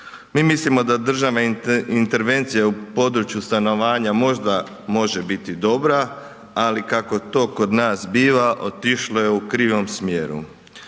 Mi mislimo da državna intervencija u području stanovanja možda može biti dobra, ali kako to kod nas biva otišlo je u krivom smjeru.